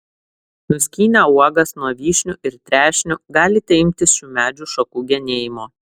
nuskynę uogas nuo vyšnių ir trešnių galite imtis šių medžių šakų genėjimo